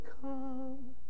come